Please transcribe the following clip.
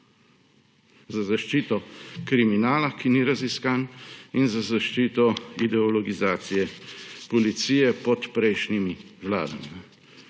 za zaščito kriminala, ki ni raziskan, in za zaščitno ideologizacije policije pod prejšnjimi vladami.